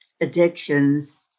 addictions